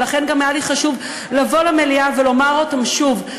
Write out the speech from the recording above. ולכן גם היה לי חשוב לבוא למליאה ולומר אותם שוב.